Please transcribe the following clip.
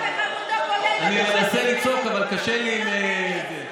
אני מנסה לצעוק, אבל קשה לי עם זה.